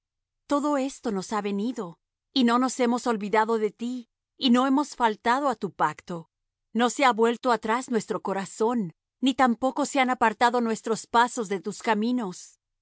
todo esto nos ha venido y no nos hemos olvidado de ti y no hemos faltado á tu pacto no se ha vuelto atrás nuestro corazón ni tampoco se han apartado nuestros pasos de tus caminos